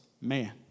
man